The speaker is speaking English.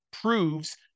proves